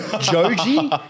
Joji